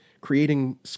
creating